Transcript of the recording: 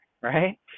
right